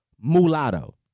mulatto